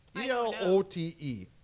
E-L-O-T-E